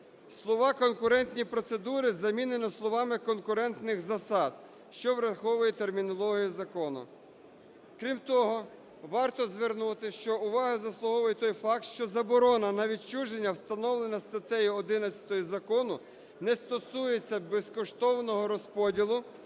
Слова "конкурентні процедури" замінено словами "конкурентних засад", що враховує термінологію закону. Крім того, варто звернути, що на увагу заслуговує той факт, що заборона на відчуження, встановлена статтею 11 закону, не стосується безкоштовного розподілу